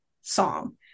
song